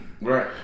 Right